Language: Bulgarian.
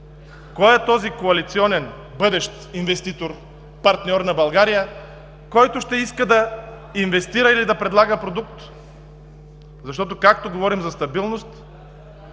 Кой е този коалиционен бъдещ инвеститор, партньор на България, който ще иска да инвестира или да предлага продукт, защото, както говорим за стабилност,